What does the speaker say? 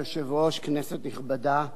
כנסת נכבדה,